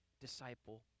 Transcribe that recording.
disciple